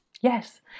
Yes